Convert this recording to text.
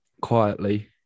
quietly